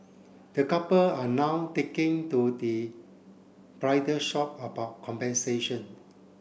the couple are now taking to the bridal shop about compensation